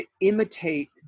imitate